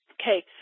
Okay